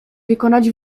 wykonać